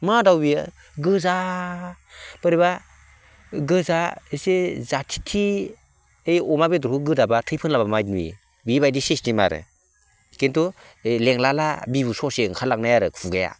मा दाउ बियो गोजा बोरैबा गोजा एसे जाथिथि ओइ अमा बेदरखौ गोदाब्ला थै फोनलाब्ला माबायदि नुयो बे बायदि सिसटेम आरो खिन्थु लिंलाला बिबु ससे ओंखारलांनाय आरो खुगाया